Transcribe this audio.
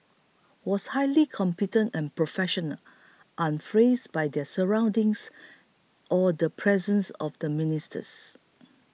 was highly competent and professional unfreeze by their surroundings or the presence of the ministers